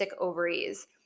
ovaries